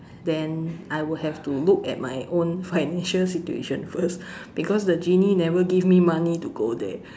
then I would have to look at my own financial situation first because the genie never gave me money to go there